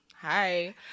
Hi